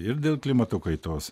ir dėl klimato kaitos